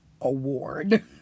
award